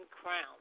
crown